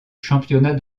championnat